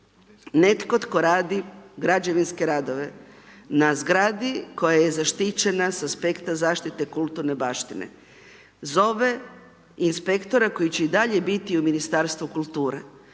Netko tko radi građevinske radove na zgradi koja je zaštićena sa aspekta zaštite kulturne baštine, zove inspektora koji će i dalje biti u Ministarstvu kulture,